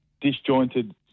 disjointed